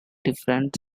different